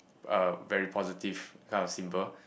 uh very positive kind of symbol